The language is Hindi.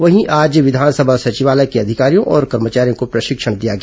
वहीं आज विधानसभा सचिवालय के अधिकारियों और कर्मचारियों को प्रशिक्षण दिया गया